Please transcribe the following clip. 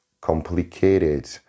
complicated